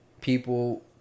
people